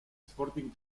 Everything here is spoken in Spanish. sporting